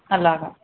అలాగా